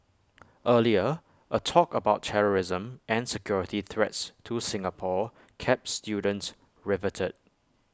earlier A talk about terrorism and security threats to Singapore kept students riveted